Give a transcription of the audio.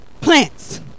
plants